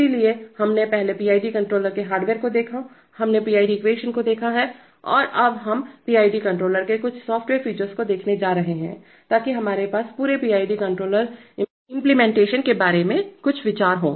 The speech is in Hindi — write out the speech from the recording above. इसलिए हमने पहले PID कंट्रोलर के हार्डवेयर को देखा हमने PIDएक्वेशन को देखा है और अब हम PID कंट्रोलर के कुछ सॉफ्टवेयर फीचर्स को देखने जा रहे हैं ताकि हमारे पास पूरे PID कंट्रोलर कार्यान्वयनइंप्लीमेंटेशन के बारे में कुछ विचार हो